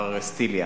מר סטיליאן.